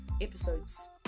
episodes